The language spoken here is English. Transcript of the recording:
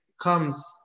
comes